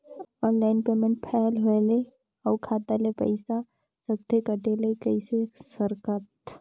Online payment fail होय ले अउ खाता ले पईसा सकथे कटे ले कइसे करथव?